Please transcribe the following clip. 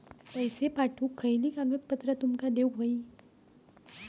पैशे पाठवुक खयली कागदपत्रा तुमका देऊक व्हयी?